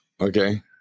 Okay